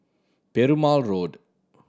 Perumal Road